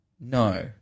No